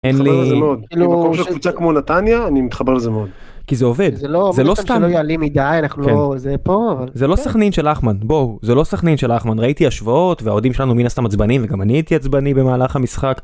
אין לי כמו נתניה אני מתחבר לזה מאוד כי זה עובד זה לא סתם לא יעלים מדי אנחנו זה פה זה לא סכנית של אחמד בואו זה לא סכנית של אחמד ראיתי השוואות והודים שלנו מנסתם עצבנים וגם אני הייתי עצבני במהלך המשחק.